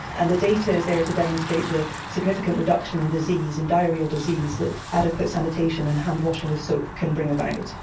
and the data is there to demonstrate the significant reduction in and diarrhoeal disease that adequate sanitation and hand washing with soap can bring about.